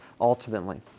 Ultimately